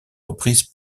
reprise